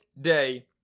day